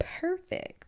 Perfect